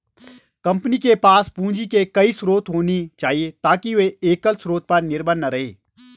company के पास पूंजी के कई स्रोत होने चाहिए ताकि वे एकल स्रोत पर निर्भर न रहें